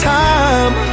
time